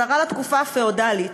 חזרה לתקופה הפיאודלית.